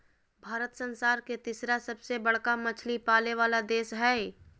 भारत संसार के तिसरा सबसे बडका मछली पाले वाला देश हइ